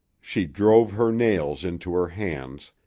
she drove her nails into her hands,